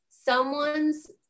someone's